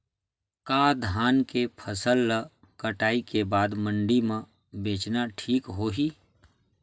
का धान के फसल ल कटाई के बाद मंडी म बेचना ठीक होही?